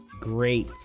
Great